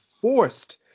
forced